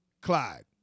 Clyde